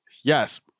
Yes